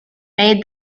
made